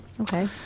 Okay